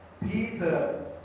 Peter